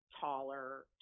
taller